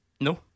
No